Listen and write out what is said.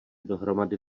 dohromady